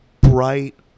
bright